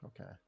Okay